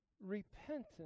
repentance